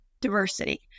diversity